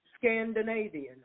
Scandinavian